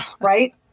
right